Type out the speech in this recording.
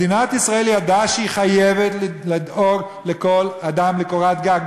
מדינת ישראל ידעה שהיא חייבת לדאוג לכל אדם לקורת גג,